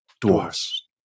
dwarfs